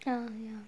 oh ya